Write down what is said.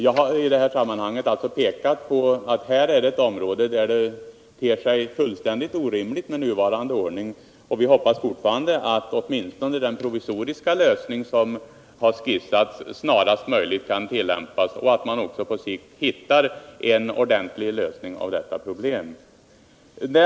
Jag har i detta sammanhang alltså pekat på att det här är ett område där det ter sig fullständigt orimligt med nuvarande ordning. Vi hoppas fortfarande åtminstone att den provisoriska lösning som har skissats snarast möjligt kan tillämpas och att man på sikt hittar en ordentlig lösning av detta problem.